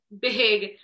big